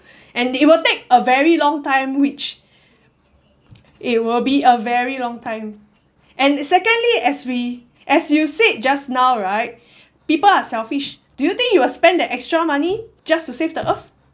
and they will take a very long time which it will be a very long time and secondly as we as you said just now right people are selfish do you think you will spend the extra money just to save the earth